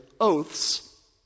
oaths